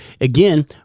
again